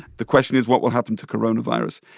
the question is, what will happen to coronavirus?